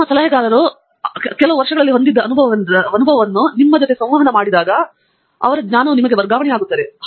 ನಿಮ್ಮ ಸಲಹೆಗಾರನು ವರ್ಷಗಳಲ್ಲಿ ಹೊಂದಿದ್ದ ರೀತಿಯ ಅನುಭವವೆಂದರೆ ಅದು ಆ ಸಂವಹನವನ್ನು ಹೊಂದಿರುವಾಗ ನಿಮಗೆ ವರ್ಗಾವಣೆಯಾಗುತ್ತಿದೆ